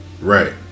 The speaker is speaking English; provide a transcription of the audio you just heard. right